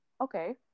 okay